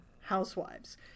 Housewives